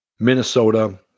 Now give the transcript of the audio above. Minnesota